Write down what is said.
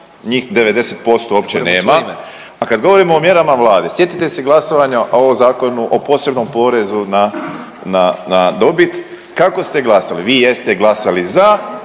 njih 90% uopće nema, a kad govorimo o mjerama Vlade sjetite se glasovanja o Zakonu o posebnom porezu na dobit kako ste glasali. Vi jeste glasali za,